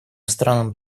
странам